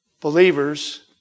believers